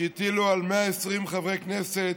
שהטילו על 120 חברי כנסת